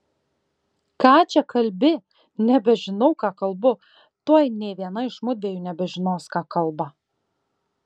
ką čia kalbi nebežinau ką kalbu tuoj nė viena iš mudviejų nebežinos ką kalba